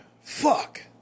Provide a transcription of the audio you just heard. fuck